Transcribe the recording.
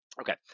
Okay